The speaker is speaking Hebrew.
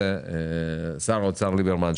שר האוצר ליברמן,